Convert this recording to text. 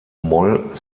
moll